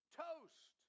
toast